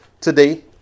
today